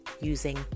using